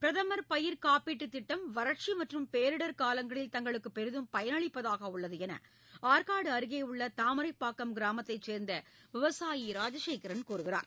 பிரதமர் பயிர் காப்பீட்டு திட்டம் வறட்சி மற்றும் பேரிடர் காலங்களில் தங்களுக்கு பெரிதும் பயனளிப்பதாக உள்ளது என ஆற்காடு அருகே உள்ள தாமரைப்பாக்கம் கிராமத்தைச் சேர்ந்த விவசாயி ராஜசேகரன் கூறுகிறார்